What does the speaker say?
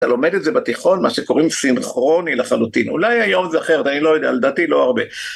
אתה לומד את זה בתיכון, מה שקוראים סינכרוני לחלוטין. אולי היום זה אחרת, אני לא יודע, לדעתי לא הרבה.